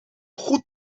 goed